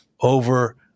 over